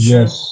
Yes